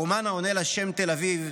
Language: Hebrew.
הרומן העונה לשם "תל אביב"